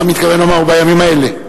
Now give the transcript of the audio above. אתה מתכוון לומר: ובימים האלה.